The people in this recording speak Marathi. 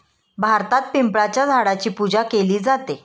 भारतात पिंपळाच्या झाडाची पूजा केली जाते